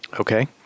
Okay